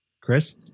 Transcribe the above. Chris